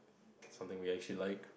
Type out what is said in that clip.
something we actually like